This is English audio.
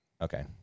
Okay